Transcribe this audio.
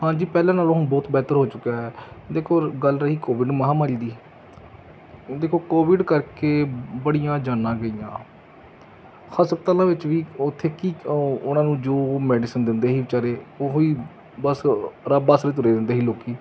ਹਾਂਜੀ ਪਹਿਲਾਂ ਨਾਲੋਂ ਹੁਣ ਬਹੁਤ ਬਿਹਤਰ ਹੋ ਚੁੱਕਿਆ ਹੈ ਦੇਖੋ ਗੱਲ ਰਹੀ ਕੋਵਿਡ ਮਹਾਂਮਾਰੀ ਦੀ ਹੁਣ ਦੇਖੋ ਕੋਵਿਡ ਕਰਕੇ ਬੜੀਆਂ ਜਾਨਾਂ ਗਈਆਂ ਹਸਪਤਾਲਾਂ ਵਿੱਚ ਵੀ ਉੱਥੇ ਕੀ ਉਹਨਾਂ ਨੂੰ ਜੋ ਮੈਡੀਸਨ ਦਿੰਦੇ ਸੀ ਵਿਚਾਰੇ ਉਹ ਹੀ ਬਸ ਰੱਬ ਆਸਰੇ ਤੁਰੇ ਰਹਿੰਦੇ ਸੀ ਲੋਕ